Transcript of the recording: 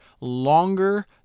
longer